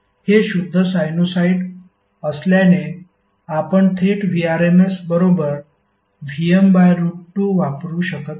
हे शुद्ध साइनुसॉईड असल्याने आपण थेट Vrms बरोबर Vm बाय रूट 2 वापरू शकत नाही